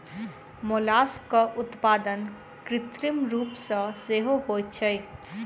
मोलास्कक उत्पादन कृत्रिम रूप सॅ सेहो होइत छै